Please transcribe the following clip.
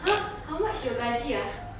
!huh! how much your gaji ah